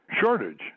shortage